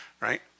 right